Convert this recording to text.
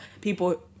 people